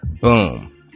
boom